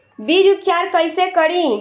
बीज उपचार कईसे करी?